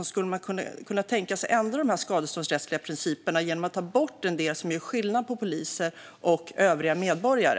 Skulle man kunna tänka sig att ändra de skadeståndsrättsliga principerna genom att ta bort den del som gör skillnad på poliser och övriga medborgare?